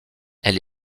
elle